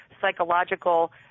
psychological